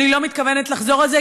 אני לא מתכוונת לחזור על זה,